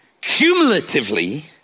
Cumulatively